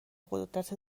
قدرت